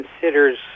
considers